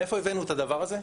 מאיפה הבאנו את הדבר הזה?